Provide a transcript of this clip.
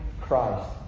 Christ